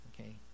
okay